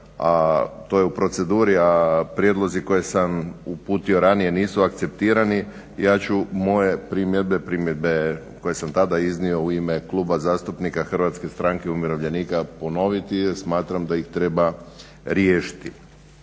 to je u proceduri a prijedlozi koje sam uputio ranije nisu akceptirani ja ću moje primjedbe, primjedbe koje sam tada iznio u ime Kluba zastupnika HSU-a ponoviti jer smatram da ih treba riješiti.